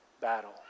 battle